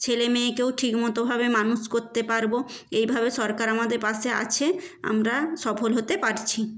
ছেলে মেয়েকেও ঠিকমতো ভাবে মানুষ করতে পারব এইভাবে সরকার আমাদের পাশে আছে আমরা সফল হতে পারছি